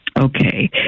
Okay